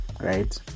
right